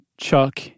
Chuck